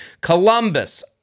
Columbus